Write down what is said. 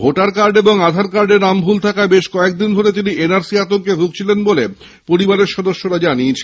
voter card এবং আধার কার্ডে নাম ভুল থাকায় বেশ কয়েকদিন ধরে তিনি এনআরসি আতঙ্কে ভুগছিলেন বলে পরিবারের সদস্যরা জানিয়েছেন